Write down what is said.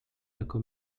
jako